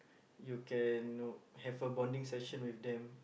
you can know have a bonding session with them